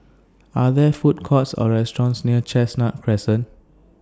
Are There Food Courts Or restaurants near Chestnut Crescent